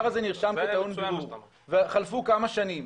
הזה נרשם כ'טעון בירור' וחלפו כמה שנים,